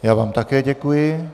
Já vám také děkuji.